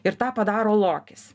ir tą padaro lokis